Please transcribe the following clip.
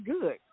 good